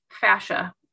fascia